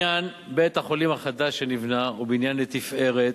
בית-החולים החדש שנבנה הוא בניין לתפארת,